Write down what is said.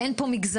ואין פה מגזרים,